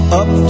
up